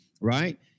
right